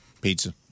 Pizza